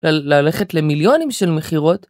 ללכת למיליונים של מכירות.